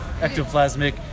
ectoplasmic